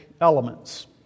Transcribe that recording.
elements